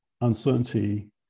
uncertainty